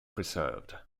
preserved